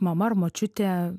mama ar močiutė